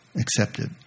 accepted